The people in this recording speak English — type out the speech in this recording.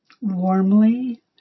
warmly